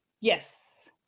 yes